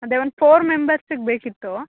ಅದೇ ಒಂದು ಫೋರ್ ಮೆಂಬರ್ಸಿಗೆ ಬೇಕಿತ್ತು